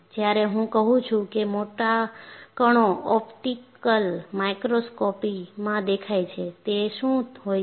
જ્યારે હું કહું છું કે મોટા કણો ઓપ્ટિકલ માઇક્રોસ્કોપમાં દેખાય છે તે શું હોય છે